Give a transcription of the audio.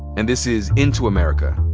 and this is into america.